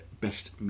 Best